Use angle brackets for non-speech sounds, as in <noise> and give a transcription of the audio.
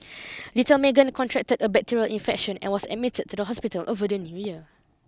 <noise> little Meagan contracted a bacterial infection and was admitted to the hospital over the new year